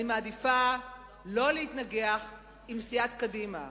אני מעדיפה שלא להתנגח עם סיעת קדימה.